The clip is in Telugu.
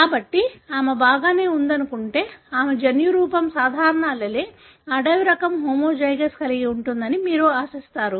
కాబట్టి ఆమె బాగానే ఉందనుకుంటే ఆమె జన్యురూపం సాధారణ allele అడవి రకం హోమోజైగస్ కలిగి ఉంటుందని మీరు ఆశిస్తారు